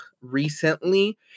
recently